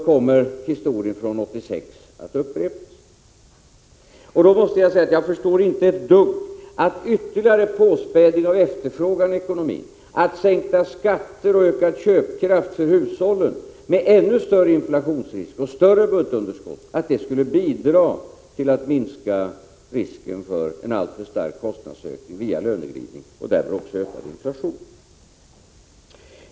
Jag måste därför säga att jag inte på minsta sätt kan förstå att en ytterligare påspädning av efterfrågan i ekonomin, sänkta skatter och ökad köpkraft för hushållen, med ytterligare ökning av inflationsriskerna och av budgetunderskottet, skulle bidra till att minska risken för en alltför stark kostnadsökning via löneglidning och därmed också höjd inflation.